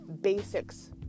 basics